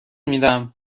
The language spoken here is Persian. میدمهر